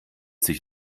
sich